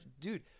dude